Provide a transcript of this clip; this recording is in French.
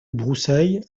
broussailles